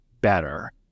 better